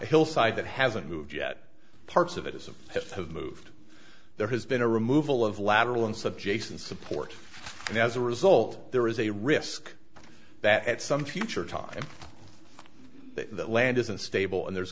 hillside that hasn't moved yet parts of it as if have moved there has been a removal of lateral and subjects and support and as a result there is a risk that at some future time the land is unstable and there's